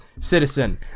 citizen